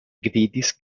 gvidis